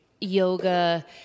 yoga